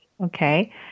okay